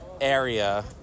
area